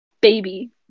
Baby